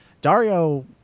Dario